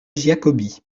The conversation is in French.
giacobbi